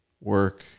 work